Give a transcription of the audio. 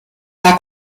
war